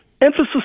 Emphasis